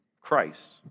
Christ